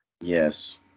Yes